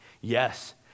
Yes